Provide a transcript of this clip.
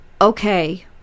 okay